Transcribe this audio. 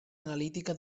analítica